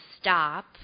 stop